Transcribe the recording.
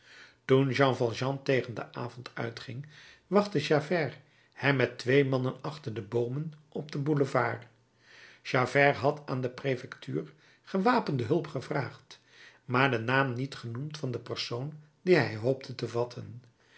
toen jean valjean tegen den avond uitging wachtte javert hem met twee mannen achter de boomen op den boulevard javert had aan de prefectuur gewapende hulp gevraagd maar den naam niet genoemd van den persoon dien hij hoopte te vatten